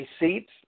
receipts